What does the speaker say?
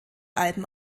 alben